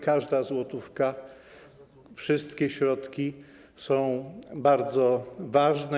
Każda złotówka, wszystkie środki są bardzo ważne.